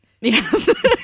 Yes